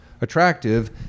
attractive